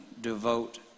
devote